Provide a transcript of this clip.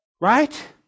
Right